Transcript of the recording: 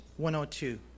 102